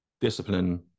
discipline